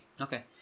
Okay